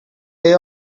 they